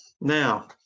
Now